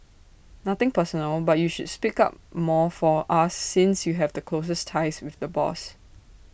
nothing personal but you should speak up more for us since you have the closest ties with the boss